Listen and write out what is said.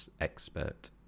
expert